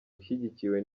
ushyigikiwe